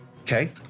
okay